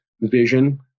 vision